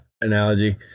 analogy